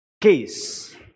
case